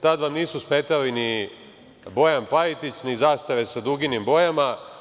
Tad vam nisu smetali ni Bojan Pajtić, ni zastave sa duginim bojama.